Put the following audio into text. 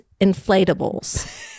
inflatables